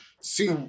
See